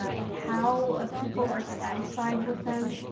and how ah people are satisfied with them,